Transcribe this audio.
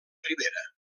ribera